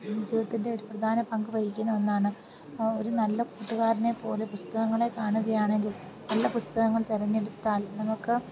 ജീവിതത്തിൻ്റെ ഒരു പ്രധാന പങ്ക് വഹിക്കുന്ന ഒന്നാണ് ഒരു നല്ല കൂട്ടുകാരനെ പോലെ പുസ്തകങ്ങളെ കാണുകയാണെങ്കിൽ നല്ല പുസ്തകങ്ങൾ തെരഞ്ഞെടുത്താൽ നമുക്ക്